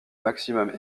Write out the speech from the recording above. maximum